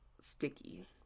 sticky